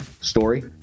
story